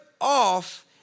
off